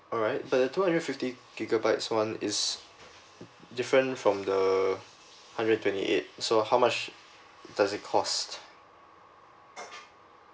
alright but the two hundred fifty gigabytes [one] is different from the hundred and twenty eight so how much does it cost